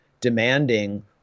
demanding